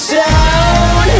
down